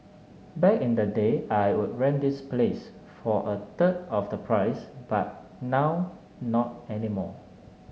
back in the day I would rent this place for a third of the price but now not any more